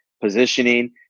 positioning